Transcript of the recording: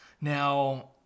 Now